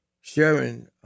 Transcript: sharing